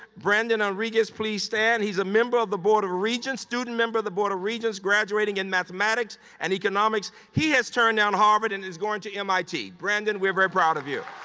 brandon enriquez, please stand. he's a member of the board of regents student member of the board of regents graduating in mathematics and economics. he has turned down harvard and is going to mit. brandon, we're very proud of you.